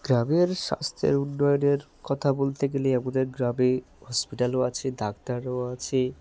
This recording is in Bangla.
গ্রামের স্বাস্থ্যের উন্নয়নের কথা বলতে গেলে আমাদের গ্রামে হসপিটালও আছে ডাক্তারও আছে